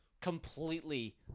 completely